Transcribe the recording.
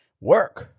Work